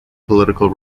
political